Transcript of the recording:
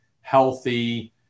healthy